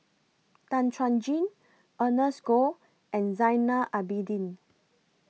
Tan Chuan Jin Ernest Goh and Zainal Abidin